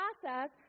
process